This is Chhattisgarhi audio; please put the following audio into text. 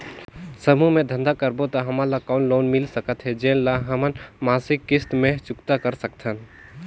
समूह मे धंधा करबो त हमन ल कौन लोन मिल सकत हे, जेन ल हमन मासिक किस्त मे चुकता कर सकथन?